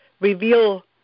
reveal